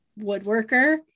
woodworker